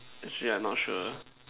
actually I not sure